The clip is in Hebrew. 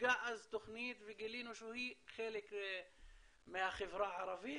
הוצגה אז תוכנית וגילינו שהיא לחלק מהחברה הערבית